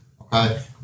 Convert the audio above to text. Okay